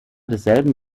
desselben